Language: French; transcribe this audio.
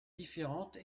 différente